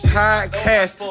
podcast